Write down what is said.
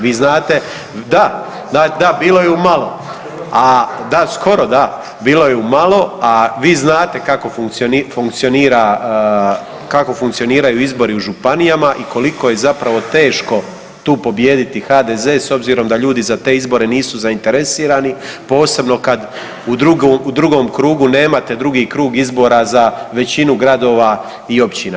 Vi znate … [[Upadica iz klupe se ne razumije]] da, da, da, bilo je umalo… [[Upadica iz klupe se ne razumije]] a da skoro da, bilo je umalo, a vi znate kako funkcioniraju izbori u županijama i koliko je zapravo teško tu pobijediti HDZ s obzirom da ljudi za izbore nisu zainteresirani, posebno kad u drugom krugu nemate drugi krug izbora za većinu gradova i općina.